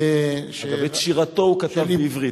אגב, את שירתו הוא כתב בעברית.